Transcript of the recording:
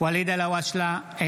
ואליד אלהואשלה,